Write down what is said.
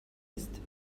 ist